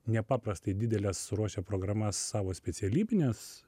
nepaprastai dideles ruošia programas savo specialybines